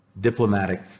diplomatic